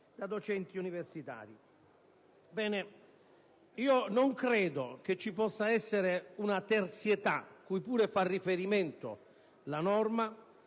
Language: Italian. docenti universitari. Io non credo che ci possa essere una terzietà, cui pure fa riferimento la norma,